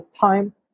time